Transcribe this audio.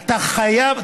אתה חייב,